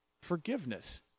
forgiveness